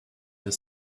were